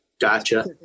Gotcha